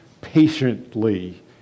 patiently